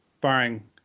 barring